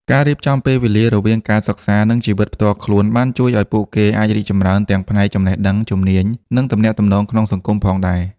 ការរៀបចំពេលវេលារវាងការសិក្សានិងជីវិតផ្ទាល់ខ្លួនបានជួយឱ្យពួកគេអាចរីកចម្រើនទាំងផ្នែកចំណេះដឹង ជំនាញ និងទំនាក់ទំនងក្នុងសង្គមផងដែរ។